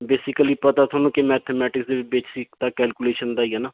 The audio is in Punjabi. ਬੇਸਿਕਲੀ ਪਤਾ ਤੁਹਾਨੂੰ ਕਿ ਮੈਂਥਮੈਟਿਕਸ ਦੇ ਵਿੱਚ ਬੇਸਿਕ ਤਾਂ ਕੈਲਕੂਲੇਸ਼ਨ ਦਾ ਹੀ ਹੈ ਨਾ